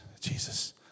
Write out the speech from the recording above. Jesus